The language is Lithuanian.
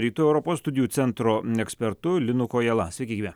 rytų europos studijų centro ekspertu linu kojala sveiki gyvi